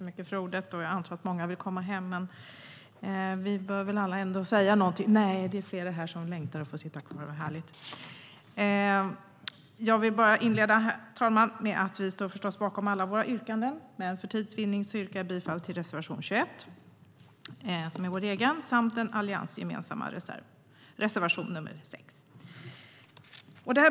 Herr talman! Jag antar att många vill komma hem, men vi bör alla ändå säga någonting. Nej, det är flera som längtar efter att få sitta kvar. Vad härligt! Herr talman! Jag inleder med att vi förstås står bakom alla våra yrkanden, men för tids vinnande yrkar jag bifall till reservation nr 21, vår egen reservation, samt den alliansgemensamma reservationen nr 6.